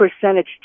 percentage